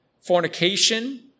fornication